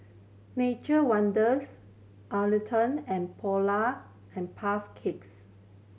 Nature Wonders Atherton and Polar and Puff Cakes